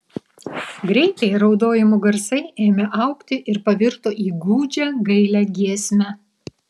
greitai raudojimų garsai ėmė augti ir pavirto į gūdžią gailią giesmę